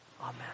Amen